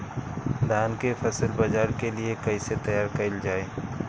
धान के फसल बाजार के लिए कईसे तैयार कइल जाए?